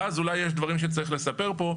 ואז אולי יש דברים שצריך לספר פה,